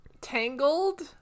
Tangled